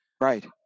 Right